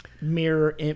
mirror